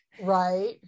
Right